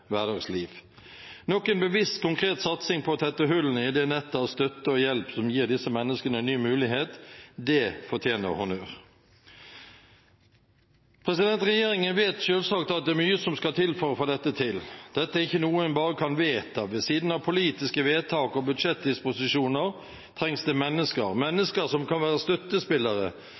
hverdagsliv – nok en bevisst, konkret satsing på å tette hullene i det nettet av støtte og hjelp som gir disse menneskene en ny mulighet. Det fortjener honnør. Regjeringen vet selvsagt at det er mye som skal til for å få dette til. Dette er ikke noe en bare kan vedta. Ved siden av politiske vedtak og budsjettdisposisjoner trengs det mennesker,